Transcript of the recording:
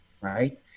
right